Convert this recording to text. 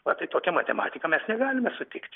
va tai tokia matematika mes negalime nesutikti